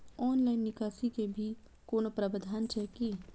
Online निकासी के भी कोनो प्रावधान छै की?